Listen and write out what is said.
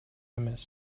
эмес